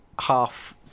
half